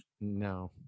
No